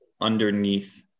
underneath